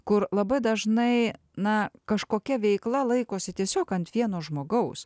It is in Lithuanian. kur labai dažnai na kažkokia veikla laikosi tiesiog ant vieno žmogaus